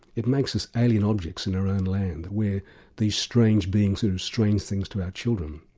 it makes us alien objects in our own land, we're these strange beings who do strange things to our children.